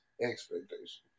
expectations